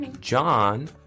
John